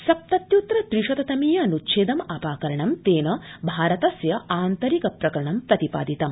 सप्तत्युत्तर त्रिशत तमीय अनुच्छेदम् अपारकरण तेन भारतस्य आन्तरिक प्रकरणं प्रतिपादितम्